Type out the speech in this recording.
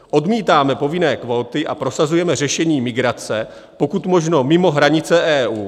Odmítáme povinné kvóty a prosazujeme řešení migrace pokud možno mimo hranice EU.